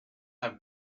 have